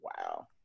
wow